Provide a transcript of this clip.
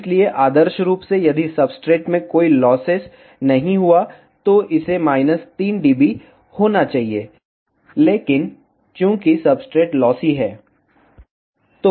इसलिए आदर्श रूप से यदि सब्सट्रेट में कोई लॉसेस नहीं हुआ तो इसे 3 डीबी होना चाहिए लेकिन चूंकि सब्सट्रेट लॉसी है